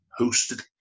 hosted